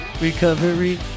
Recovery